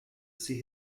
see